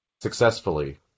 successfully